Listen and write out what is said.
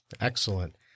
Excellent